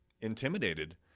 intimidated